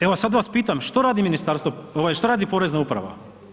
Evo sad vas pitam što radi ministarstvo, šta radi porezna uprava?